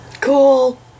Cool